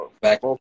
back